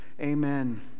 Amen